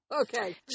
Okay